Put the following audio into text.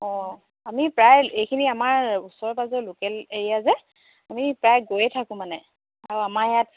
অঁ আমি প্ৰায় এইখিনি আমাৰ ওচৰে পাঁজৰে লোকেল এৰিয়া যে আমি প্ৰায় গৈয়ে থাকোঁ মানে আৰু আমাৰ ইয়াত